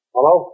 Hello